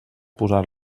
posar